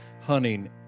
hunting